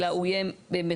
אלא הוא יהיה מחייב,